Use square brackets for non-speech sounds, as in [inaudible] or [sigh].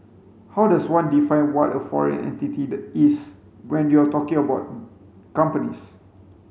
how does one define what a foreign entity is when you're talking about [unintelligible] companies